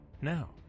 Now